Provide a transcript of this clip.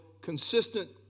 consistent